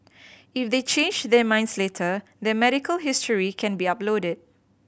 if they change their minds later their medical history can be uploaded